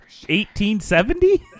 1870